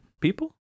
people